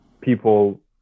people